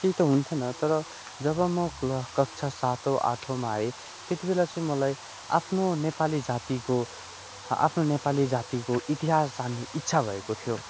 केही त हुन्थेन तर जब म क्ला कक्षा सातौँ आठौँमा आएँ त्यति बेला चाहिँ मलाई आफ्नो नेपाली जातिको आफ्नो नेपाली जातिको इतिहास जान्ने इच्छा भएको थियो